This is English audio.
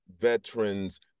veterans